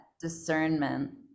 discernment